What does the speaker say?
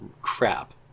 crap